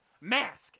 mask